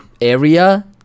area